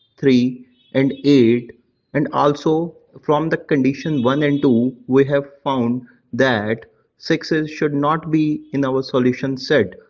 three and eight and also from the condition one and two we have found that six ah should not be in our solution set.